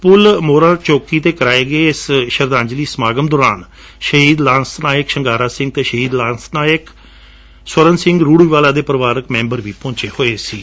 ਪੁਲ ਮੋਰਾਂ ਚੌਕੀ ਤੇ ਕਰਵਾਏ ਗਏ ਇਸ ਸ਼ਰਧਾਂਜਲੀ ਸਮਾਗਮ ਦੌਰਾਨ ਸ਼ਹੀਦ ਲਾਂਸ ਨਾਇਕ ਸੰਗਾਰਾ ਸਿੰਘ ਅਤੇ ਸ਼ਹੀਦ ਲਾਂਸ ਨਾਇਕ ਸਵਰਣ ਸਿੰਘ ਰੁੜੀਵਾਲਾ ਦੇ ਪਰਿਵਾਰਕ ਮੈਂਬਰ ਵੀ ਪਹੁੰਚੇ ਹੋਏ ਸਨ